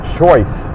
choice